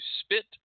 spit